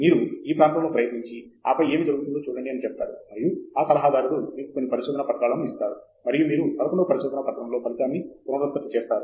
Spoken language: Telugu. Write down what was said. మీరు ఈ ప్రాంతములో ప్రయత్నించి ఆపై ఏమి జరుగుతుందో చూడండి అని చెప్తారు మరియు ఆ సలహాదారుడు మీకు కొన్ని పరిశోధనా పత్రాలను ఇస్తారు మరియు మీరు 11 వ పరిశోధనా పత్రములో ఫలితాన్ని పునరుత్పత్తి చేస్తారు